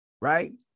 right